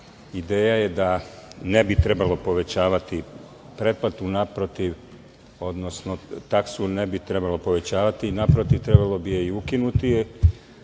Ideja je da ne bi trebalo povećavati pretplatu, odnosno taksu ne bi trebalo povećavati. Naprotiv, trebalo bi je i ukinuti.